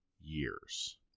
years